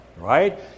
right